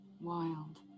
Wild